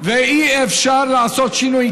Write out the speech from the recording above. ואי-אפשר לעשות שינוי.